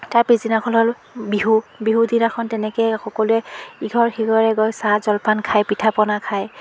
তাৰ পিছদিনাখন হ'ল বিহু বিহুৰ দিনাখন তেনেকৈ সকলোৱে ইঘৰ সিঘৰে গৈ চাহ জলপান খায় পিঠাপনা খায়